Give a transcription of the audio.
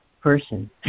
person